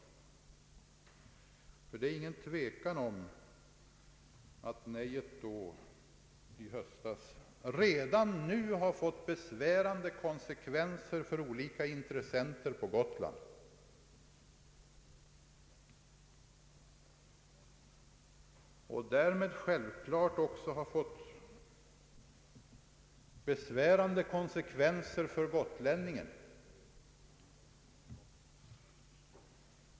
Det råder ingen tvekan om att nejet i höstas redan nu har fått besvärande konsekvenser för olika intressenter på Gotland och därmed också självfallet för gotlänningen.